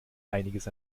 einiges